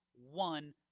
one